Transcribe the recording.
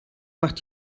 macht